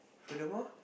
furthermore